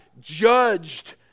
judged